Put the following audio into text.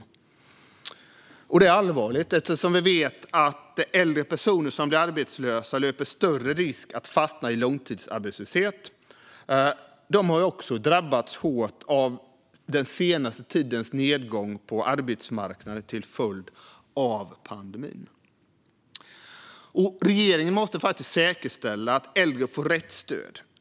Detta är allvarligt eftersom vi vet att äldre personer som blir arbetslösa löper större risk att fastna i långtidsarbetslöshet. De har också drabbats hårt av den senaste tidens nedgång på arbetsmarknaden till följd av pandemin. Regeringen måste säkerställa att äldre får rätt stöd.